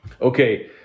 Okay